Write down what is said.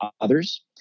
others